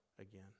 again